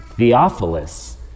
Theophilus